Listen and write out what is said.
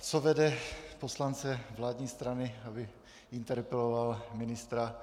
Co vede poslance vládní strany, aby interpeloval ministra?